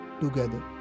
together